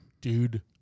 Dude